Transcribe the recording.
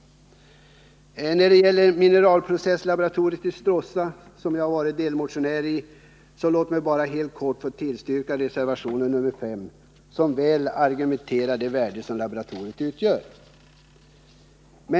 När det gäller mineralprocesslaboratoriet i Stråssa — jag har varit med och motionerat i den frågan — vill jag bara helt kort yrka bifall till reservation 5, som väl visar vilket värde laboratoriet har.